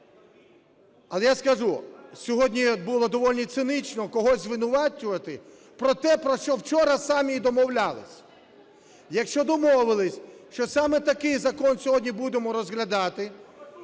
Але, я скажу, сьогодні от було доволі цинічно когось звинувачувати про те, про що вчора самі і домовлялися. Якщо домовилися, що саме такий закон сьогодні будемо розглядати,